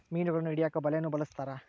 ಮೀನುಗಳನ್ನು ಹಿಡಿಯಕ ಬಲೆಯನ್ನು ಬಲಸ್ಥರ